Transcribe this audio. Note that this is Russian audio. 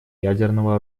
ядерного